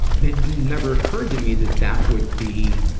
it never occurred to me that that would be,